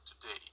today